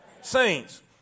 saints